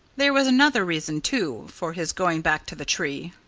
there was another reason, too, for his going back to the tree.